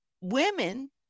women